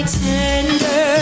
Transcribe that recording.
tender